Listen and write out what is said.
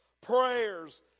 prayers